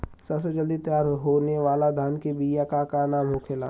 सबसे जल्दी तैयार होने वाला धान के बिया का का नाम होखेला?